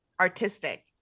artistic